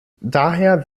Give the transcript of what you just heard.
daher